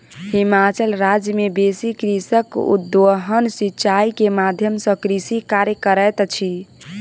हिमाचल राज्य मे बेसी कृषक उद्वहन सिचाई के माध्यम सॅ कृषि कार्य करैत अछि